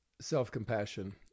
self-compassion